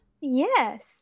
Yes